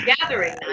gathering